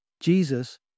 Jesus